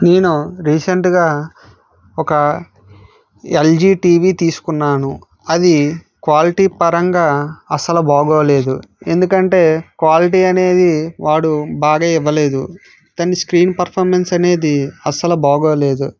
నేను రీసెంట్గా ఒక ఎల్జీ టీవీ తీసుకున్నాను అది క్వాలిటీ పరంగా అసలు బాగోలేదు ఎందుకంటే క్వాలిటీ అనేది వాడు బాగా ఇవ్వలేదు కానీ స్క్రీన్ పర్ఫామెన్స్ అనేది అసలు బాగోలేదు